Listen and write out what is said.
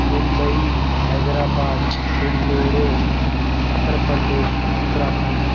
Mumbai Hyderabad Bengaluru Uttar Pradesh Uttarakhand